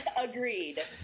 Agreed